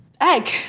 egg